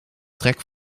trek